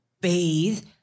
bathe